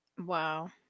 Wow